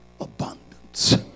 abundance